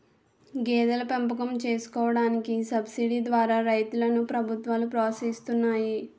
గేదెల పెంపకం చేసుకోడానికి సబసిడీ ద్వారా రైతులను ప్రభుత్వాలు ప్రోత్సహిస్తున్నాయి